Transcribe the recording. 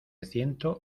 ciento